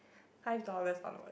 five dollars onward